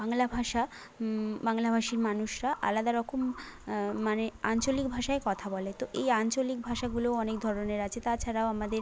বাংলা ভাষা বাংলাভাষীর মানুষরা আলাদা রকম মানে আঞ্চলিক ভাষায় কথা বলে তো এই আঞ্চলিক ভাষাগুলোও অনেক ধরণের আছে তাছাড়াও আমাদের